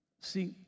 See